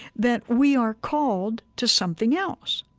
that we are called to something else,